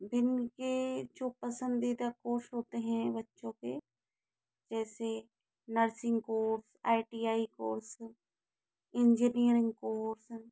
दिन के जो पसंदीदा कोर्स होते हैं बच्चों के जैसे nursing course I T I course सब इंजीनियरिंग कोर्स